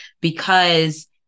because-